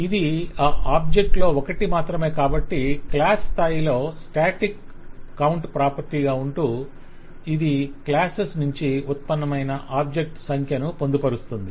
ఇది ఆ ఆబ్జెక్ట్ల లో ఒకటి మాత్రమే కాబట్టి క్లాస్ స్థాయిలో స్టాటిక్ కౌంట్ ప్రాపర్టీ గా ఉంటూ ఇది క్లాసెస్ నుచి ఉత్పన్నమైన ఆబ్జెక్ట్స్ సంఖ్యను పొందుపరస్తుంది